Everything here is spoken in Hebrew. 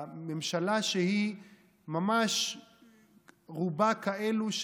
ממשלה שבה רובם כאלה,